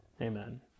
Amen